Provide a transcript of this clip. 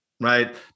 right